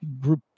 group